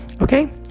okay